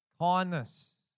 kindness